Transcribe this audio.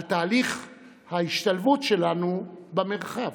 על תהליך ההשתלבות שלנו במרחב,